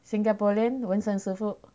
singaporean 纹身师傅